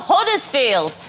Huddersfield